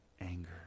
anger